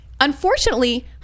Unfortunately